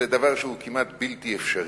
זה דבר שהוא כמעט בלתי אפשרי.